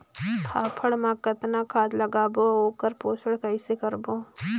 फाफण मा कतना खाद लगाबो अउ ओकर पोषण कइसे करबो?